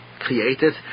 created